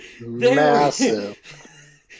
Massive